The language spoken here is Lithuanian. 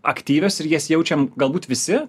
aktyvios ir jas jaučiam galbūt visi